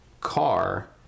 Car